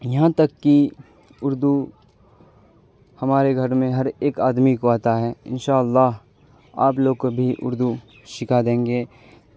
یہاں تک کہ اردو ہمارے گھر میں ہر ایک آدمی کو آتا ہے ان شاء اللہ آپ لوگ کو بھی اردو سکھا دیں گے